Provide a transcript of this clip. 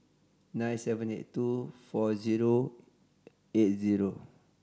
nine seven eight two four zero eight zero